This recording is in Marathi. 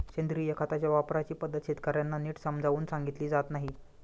सेंद्रिय खताच्या वापराची पद्धत शेतकर्यांना नीट समजावून सांगितली जात नाही